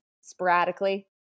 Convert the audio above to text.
sporadically